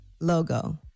logo